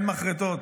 אין מחרטות,